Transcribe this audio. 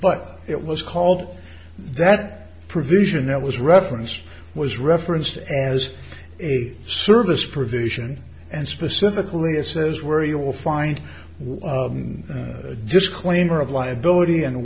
but it was called that provision that was referenced was referenced as a service provision and specifically it says where you will find a disclaimer of liability and